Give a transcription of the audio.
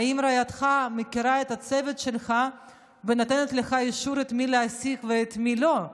האם רעייתך מכירה את הצוות שלך ונותנת לך אישור את מי להעסיק ואת מי לא,